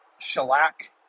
shellac